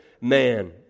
man